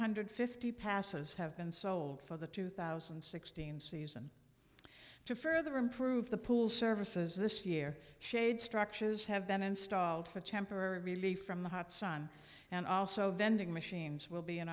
hundred fifty passes have been sold for the two thousand and sixteen season to further improve the pool services this year shade structures have been installed for temporary relief from the hot sun and also vending machines will be